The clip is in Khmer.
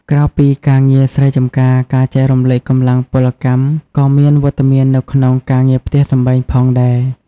ក្រៅពីការងារស្រែចម្ការ ការចែករំលែកកម្លាំងពលកម្មក៏មានវត្តមាននៅក្នុងការងារផ្ទះសម្បែងផងដែរ។